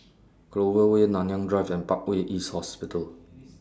Clover Way Nanyang Drive and Parkway East Hospital